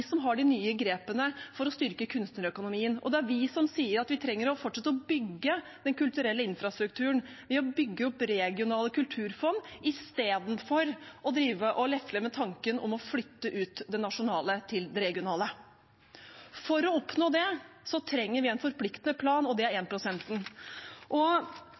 som har de nye grepene for å styrke kunstnerøkonomien, og det er vi som sier at vi trenger å fortsette med å bygge ut den kulturelle infrastrukturen, ved å bygge opp regionale kulturfond istedenfor å lefle med tanken om å flytte ut det nasjonale til det regionale. For å oppnå det trenger vi en forpliktende plan, og det er